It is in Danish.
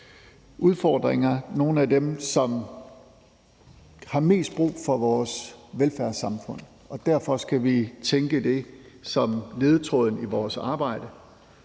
og som har mest brug for vores velfærdssamfund, og at vi derfor skal tænke det ind som ledetråden i vores arbejde,